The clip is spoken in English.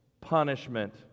punishment